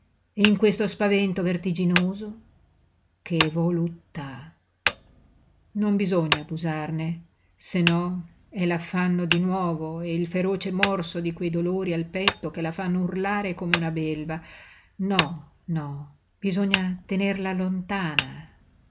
e in questo spavento vertiginoso che voluttà non bisogna abusarne se no è l'affanno di nuovo e il feroce morso di quei dolori al petto che la fanno urlare come una belva no no bisogna tenerla lontana